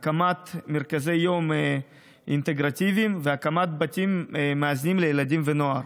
הקמת מרכזי יום אינטגרטיביים והקמת בתים מאזנים לילדים ונוער.